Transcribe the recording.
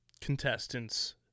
contestants